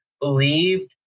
believed